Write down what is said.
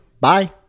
Bye